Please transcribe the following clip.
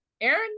Aaron